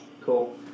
cool